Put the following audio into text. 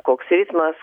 koks eismas